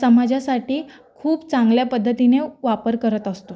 समाजासाठी खूप चांगल्या पद्धतीने वापर करत असतो